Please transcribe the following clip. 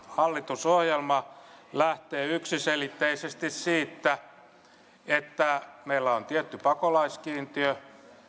hallitusohjelma lähtee yksiselitteisesti siitä että meillä on tietty pakolaiskiintiö